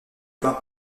peint